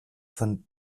von